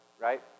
right